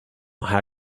how